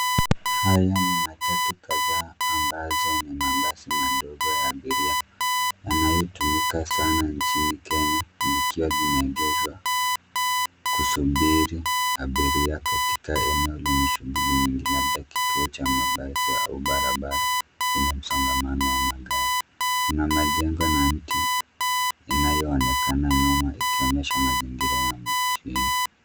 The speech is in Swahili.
Haya ni matatu kadhaa ambazo ni mabasi madogo ya abiria yanayotumika sana nchini Kenya likiwa limeegeshwa kusubiri abiria katika eneo lenye shughuli nyingi labda kituo cha mabasi au barabara yenye msongamano wa magari. Kuna majengo na miti inayoonekana nyuma ikionyesha mazingira ya mjini.